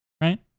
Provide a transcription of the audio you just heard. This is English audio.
right